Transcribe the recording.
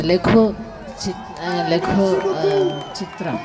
लघु चित्रं लघु चित्रम्